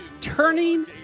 Turning